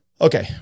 Okay